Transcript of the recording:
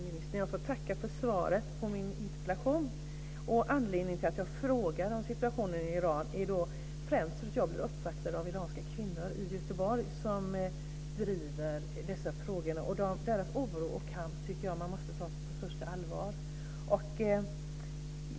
Fru talman! Jag får tacka utrikesministern för svaret på min interpellation. Anledningen till att jag frågar om situationen i Iran är främst att jag har blivit uppvaktad av iranska kvinnor i Göteborg som driver dessa frågor. Jag tycker att man måste ta deras oro och kamp på största allvar.